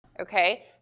Okay